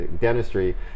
dentistry